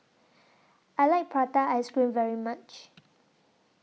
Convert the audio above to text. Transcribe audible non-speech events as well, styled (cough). (noise) I like Prata Ice Cream very much